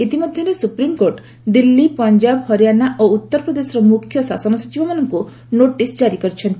ଇତିମଧ୍ୟରେ ସୁପ୍ରିମ୍କୋର୍ଟ ଦିଲ୍ଲୀ ପଞ୍ଜାବ ହରିୟାଣା ଓ ଉତ୍ତରପ୍ରଦେଶର ମୁଖ୍ୟ ଶାସନ ସଚିବମାନଙ୍କୁ ନୋଟିସ୍ କାରି କରିଛନ୍ତି